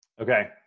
Okay